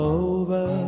over